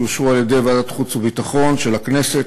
שאושרו על-ידי ועדת החוץ והביטחון של הכנסת,